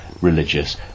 religious